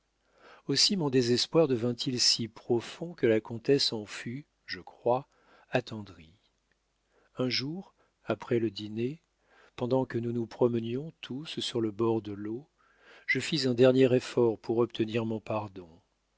aussi mon désespoir devint-il si profond que la comtesse en fut je crois attendrie un jour après le dîner pendant que nous nous promenions tous sur le bord de l'eau je fis un dernier effort pour obtenir mon pardon